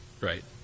right